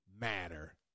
matter